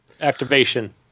Activation